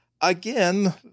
Again